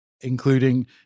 including